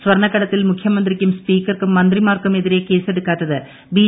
സ്വർണ്ണക്കടത്തിൽ മുഖ്യമന്ത്രിക്കും സ്പീക്കർക്കും മന്ത്രിമാർക്കും എതിരെ കേസെടുക്കാത്തത് ബി